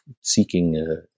seeking